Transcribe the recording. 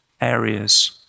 areas